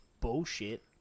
bullshit